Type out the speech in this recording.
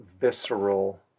visceral